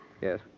Yes